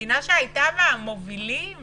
מדינה שהיתה מהמובילים